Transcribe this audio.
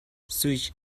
switch